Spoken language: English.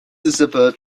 disappeared